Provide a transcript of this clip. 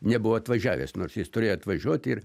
nebuvo atvažiavęs nors jis turėjo atvažiuoti ir